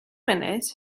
funud